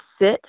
sit